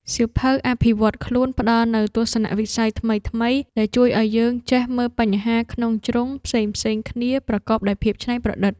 សៀវភៅអភិវឌ្ឍខ្លួនផ្ដល់នូវទស្សនវិស័យថ្មីៗ ដែលជួយឱ្យយើងចេះមើលបញ្ហាក្នុងជ្រុងផ្សេងៗគ្នាប្រកបដោយភាពច្នៃប្រឌិត។